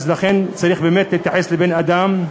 אז לכן צריך באמת להתייחס לבן-אדם,